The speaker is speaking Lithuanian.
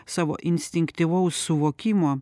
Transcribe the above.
savo instinktyvaus suvokimo